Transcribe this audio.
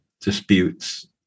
disputes